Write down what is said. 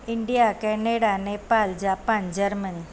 India Canada Nepal Japan Germany